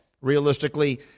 realistically